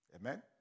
Amen